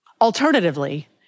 Alternatively